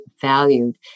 valued